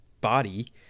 body